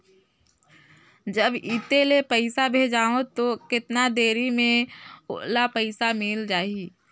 जब इत्ते ले पइसा भेजवं तो कतना देरी मे ओला पइसा मिल जाही?